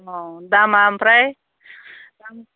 अ दामा ओमफ्राय